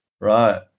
Right